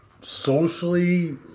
socially